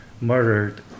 murdered